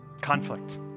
Conflict